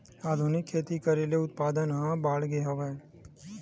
आधुनिक खेती करे ले उत्पादन ह बाड़गे हवय